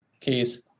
Keys